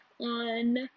on